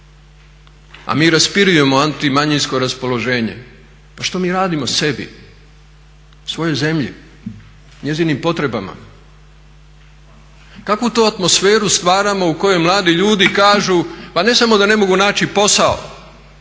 a mi raspirujemo anti manjinsko raspoloženja. Pa što mi radimo sebi, svojoj zemlji, njezinim potrebama? Kakvu to atmosferu stvaramo u kojoj mladi ljudi kažu pa ne samo da ne mogu naći posao,